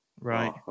Right